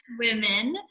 women